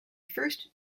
first